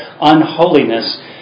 unholiness